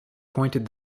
pointed